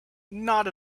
not